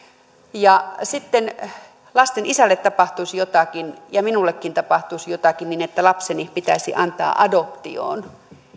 ja sitten lasten isälle tapahtuisi jotakin ja minullekin tapahtuisi jotakin niin että lapseni pitäisi antaa adoptioon